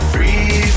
Free